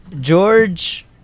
George